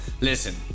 Listen